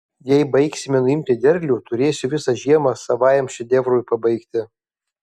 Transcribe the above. jei baigsime nuimti derlių turėsiu visą žiemą savajam šedevrui pabaigti